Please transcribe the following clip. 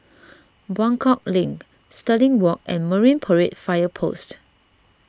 Buangkok Link Stirling Walk and Marine Parade Fire Post